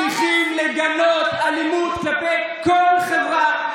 צריכים לגנות אלימות כלפי כל חברה,